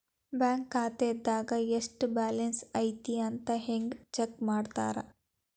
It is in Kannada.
ಬ್ಯಾಂಕ್ ಖಾತೆದಾಗ ಎಷ್ಟ ಬ್ಯಾಲೆನ್ಸ್ ಐತಿ ಅಂತ ಹೆಂಗ ಚೆಕ್ ಮಾಡ್ತಾರಾ